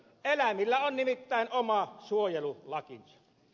eläimillä on nimittäin oma suojelulakinsa